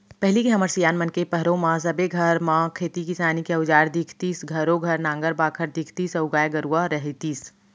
पहिली के हमर सियान मन के पहरो म सबे घर म खेती किसानी के अउजार दिखतीस घरों घर नांगर बाखर दिखतीस अउ गाय गरूवा रहितिस